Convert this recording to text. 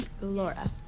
Laura